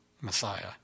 Messiah